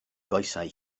goesau